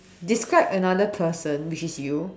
describe another person which is you